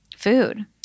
food